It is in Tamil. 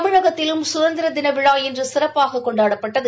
தமிழகத்திலும் சுதந்திரதின விழா இன்று சிறப்பாக கொண்டாடப்பட்டது